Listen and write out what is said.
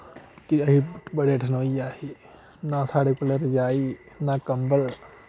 कि असी बड़े ठंडोई गे असी ना साढ़े कोल रजाई ना कंबल